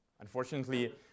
unfortunately